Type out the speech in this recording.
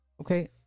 Okay